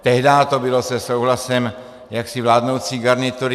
Tehdy to bylo se souhlasem jaksi vládnoucí garnitury.